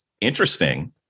interesting